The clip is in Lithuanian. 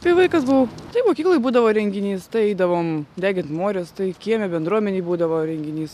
kai vaikas buvau tai mokykloj būdavo renginys tai eidavom degint morės tai kieme bendruomenėj būdavo renginys